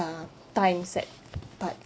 uh times that part